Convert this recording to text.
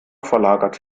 verlagert